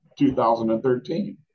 2013